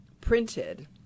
printed